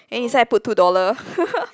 then inside put two dollar